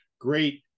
great